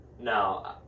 No